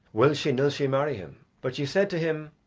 will she nill she marry him. but she said to him,